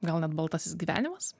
gal net baltasis gyvenimas